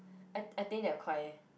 I I think they are